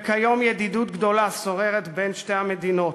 וכיום ידידות גדולה שוררת בין שתי המדינות.